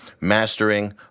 mastering